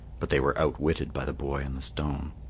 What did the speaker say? but they were outwitted by the boy and the stone.